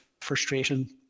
frustration